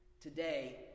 Today